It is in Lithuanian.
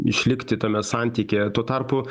išlikti tame santykyje tuo tarpu